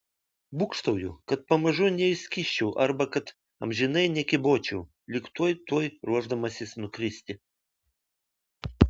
būgštauju kad pamažu neišskysčiau arba kad amžinai nekybočiau lyg tuoj tuoj ruošdamasis nukristi